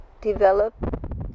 develop